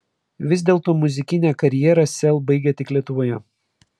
vis dėlto muzikinę karjerą sel baigia tik lietuvoje